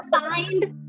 find